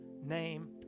name